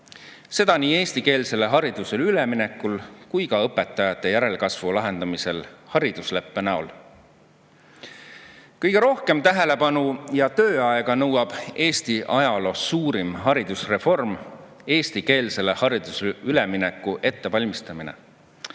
seda nii eestikeelsele haridusele üleminekul kui ka õpetajate järelkasvu lahendamisel haridusleppe abil. Kõige rohkem tähelepanu ja tööaega nõuab Eesti ajaloo suurim haridusreform: eestikeelsele haridusele ülemineku ettevalmistamine.